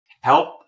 help